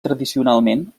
tradicionalment